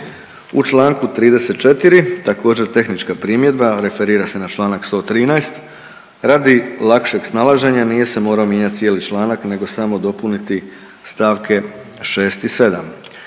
U članku 34. također tehnička primjedba referira se na članak 113. Radi lakšeg snalaženja nije se morao mijenjati cijeli članak nego samo dopuniti stavke 6. i 7.